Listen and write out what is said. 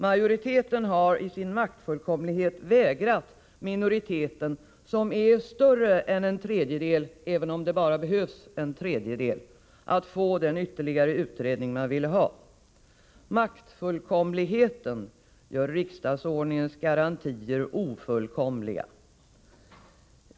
Majoriteten har i sin maktfullkomlighet förvägrat minoriteten — som är större än en tredjedel, även om det bara behövs en tredjedel — att få den ytterligare utredning man vill ha. Maktfullkomligheten gör riksdagsordningens garantier ofullkomliga.